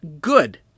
good